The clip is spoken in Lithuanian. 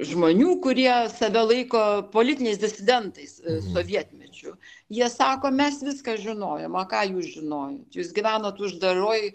žmonių kurie save laiko politiniais disidentais sovietmečiu jie sako mes viską žinojom o ką jūs žinot jūs gyvenote uždaroj